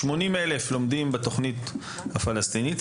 80 אלף לומדים בתוכנית הפלסטינית.